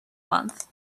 month